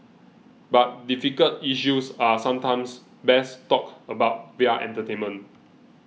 but difficult issues are sometimes best talked about via entertainment